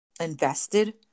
invested